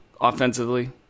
offensively